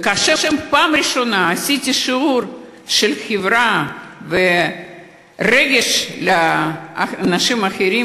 וכאשר בפעם הראשונה עשיתי שיעור של חברה ורגש לאנשים אחרים,